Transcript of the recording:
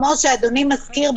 כפי שאדוני מזכיר,